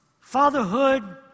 fatherhood